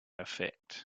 effect